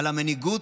על המנהיגות,